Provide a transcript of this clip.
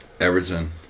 Everton